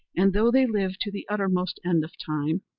and though they lived to the uttermost end of time,